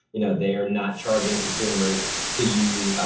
you know they are not charging consumers to use.